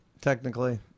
technically